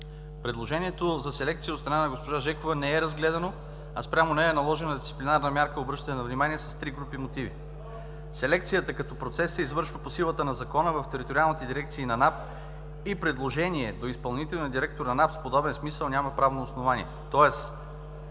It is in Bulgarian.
Предложението за селекция от страна на госпожа Жекова не е разгледано, а спрямо нея е наложена дисциплинарна мярка „обръщане на внимание“ с три групи мотиви. Селекцията като процес се извършва по силата на Закона в териториалните дирекции на НАП и предложение до изпълнителния директор на НАП с подобен смисъл няма правно основание. Тоест